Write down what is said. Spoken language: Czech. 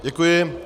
Děkuji.